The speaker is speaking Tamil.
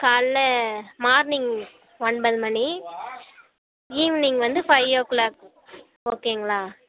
காலையில் மார்னிங் ஒன்பது மணி ஈவினிங் வந்து ஃபைவ் ஓ கிளாக் ஓகேங்களா